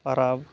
ᱯᱚᱨᱚᱵᱽ